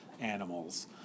animals